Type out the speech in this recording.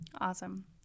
awesome